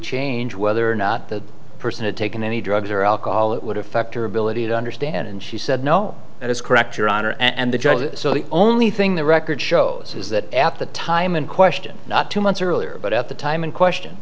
change whether or not the person had taken any drugs or alcohol that would affect her ability to understand and she said no that is correct your honor and the judge so the only thing the record shows is that at the time in question not two months earlier but at the time in question